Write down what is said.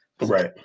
Right